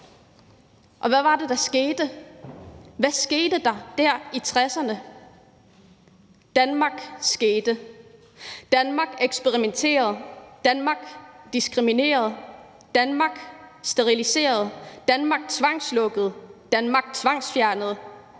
Hvad var det, der skete? Hvad skete der dér i 60'erne? Danmark skete. Danmark eksperimenterede, Danmark diskriminerede, Danmark steriliserede, Danmark tvangslukkede, Danmark tvangsfjernede,